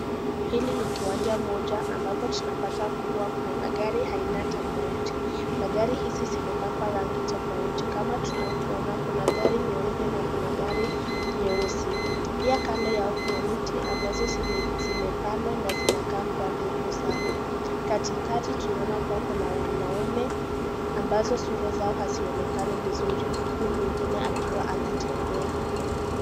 Hili ni kiwanja moja ambapo tunapata kuwa magari aina tofauti. Magari hizi zimepakwa rangi tofauti kama tunavyo ona, kuna gari nyeupe, kuna gari nyeusi pia kando yao kuna miti ambazo zimepandwa na zinakaa kuwa ndefu sana. Katikati tunaona kuwa kuna wanaume ambao sura yao hazionekani vizuri huku mwingine akiwa anatembea.